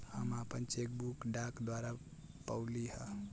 हम आपन cheque book डाक द्वारा पउली है